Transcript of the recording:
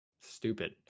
stupid